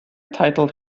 titled